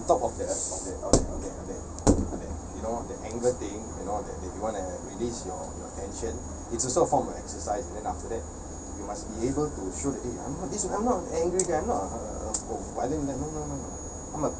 on top of the of the of the of the of the of the you know the anger thing and all that then you want to release your your tension it's also a form of exercise and then after that you must be able to show that eh I'm not I'm not angry I'm not no no no no